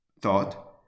thought